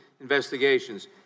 investigations